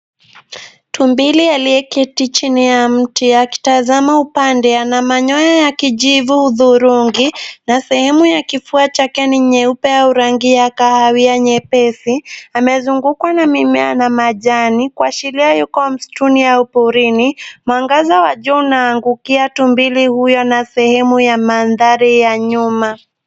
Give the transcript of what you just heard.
Tumbili aliyeketi chini ya mti akitazama upande ana manyoya ya kijivu thurugi na sehemu ya kifua chake ni nyeupe au rangi ya kahawia nyepesi anazungukwa na mimmea na majani kuashiria yuko msituni au porini mwangaza wa jua unaangukia tumbili huyo na sehemu ya mandhari ya nyuma.